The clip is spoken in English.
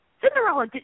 Cinderella